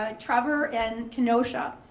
ah trevor, and kenosha.